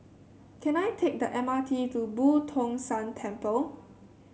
can I take the M R T to Boo Tong San Temple